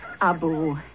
Abu